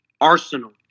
Arsenal